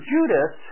Judas